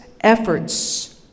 efforts